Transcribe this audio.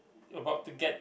about to get